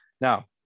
now